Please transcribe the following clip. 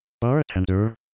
bartender